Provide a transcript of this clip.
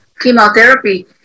chemotherapy